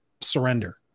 surrender